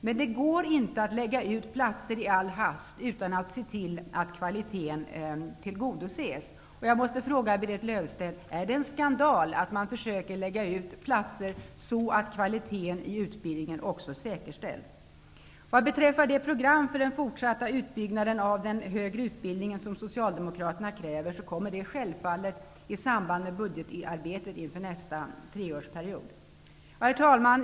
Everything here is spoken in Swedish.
Men det går inte att lägga ut platser i all hast utan att se till att kvaliteten tillgodoses. Jag måste fråga Berit Löfstedt om det är en skandal att man försöker lägga ut platser så att kvaliteten i utbildningen också säkerställs. Vad beträffar det program för den fortsatta utbyggnaden av den högre utbildningen som Socialdemokraterna kräver, kommer den självfallet i samband med budgetarbetet inför nästa treårsperiod. Herr talman!